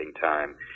time